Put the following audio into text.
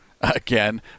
again